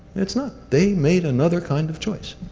it's not. they made another kind of choice.